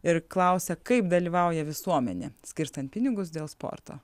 ir klausia kaip dalyvauja visuomenė skirstant pinigus dėl sporto